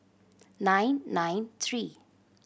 nine nine three